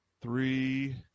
three